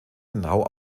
genau